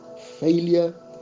failure